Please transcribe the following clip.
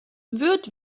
wird